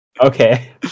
Okay